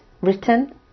written